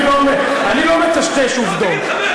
אני לא מטשטש עובדות.